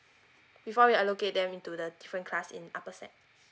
before we allocate them into the different class in upper S_E_C